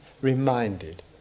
reminded